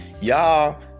y'all